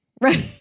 Right